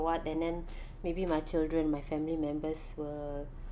what and then maybe my children my family members will